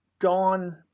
gone